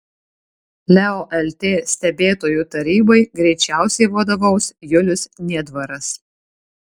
leo lt stebėtojų tarybai greičiausiai vadovaus julius niedvaras